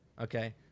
Okay